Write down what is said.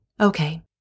Okay